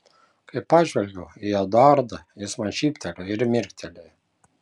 kai pažvelgiau į eduardą jis man šyptelėjo ir mirktelėjo